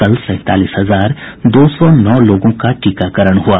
कल सैंतालीस हजार दो सौ नौ लोगों का टीकाकरण हुआ